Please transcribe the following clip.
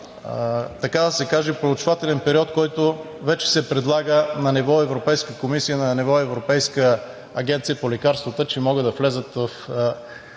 така да се каже проучвателен период, който вече се предлага на ниво Европейска комисия, на ниво Европейска агенция по лекарствата, че могат да влязат в